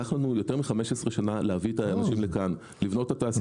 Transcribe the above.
לקח לנו יותר מ-15 שנים להביא את האנשים לכאן ולבנות כאן את התעשייה.